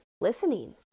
listening